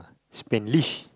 Spanish